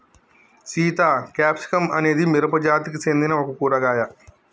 Sita capsicum అనేది మిరపజాతికి సెందిన ఒక కూరగాయ